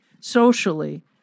socially